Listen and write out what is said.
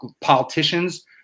politicians